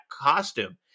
costume